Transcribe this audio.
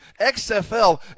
XFL